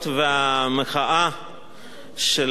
של החברים מספסלי האופוזיציה,